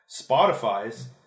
Spotify's